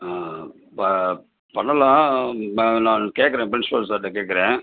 ஆ ப பண்ணலாம் நான் நான் கேட்குறேன் பிரின்சிபால் சார்கிட்ட கேட்குறேன்